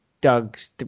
Doug's